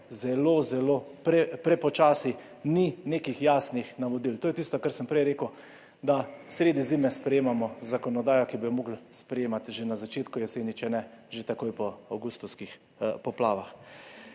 potekajo prepočasi, ni nekih jasnih navodil. To je tisto, kar sem prej rekel – da sredi zime sprejemamo zakonodajo, ki bi jo morali sprejemati že na začetku jeseni, če že ne takoj po avgustovskih poplavah.